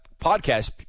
podcast